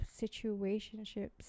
situationships